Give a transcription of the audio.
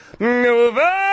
over